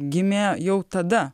gimė jau tada